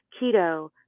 keto